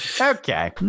okay